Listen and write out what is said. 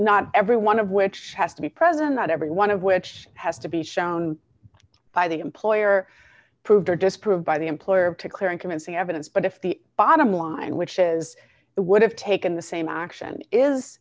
not every one of which has to be present at every one of which has to be shown by the employer proved or disproved by the employer to clear and convincing evidence but if the bottom line which is the would have taken the same ac